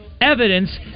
evidence